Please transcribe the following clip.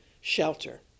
shelter